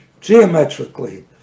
geometrically